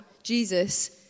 Jesus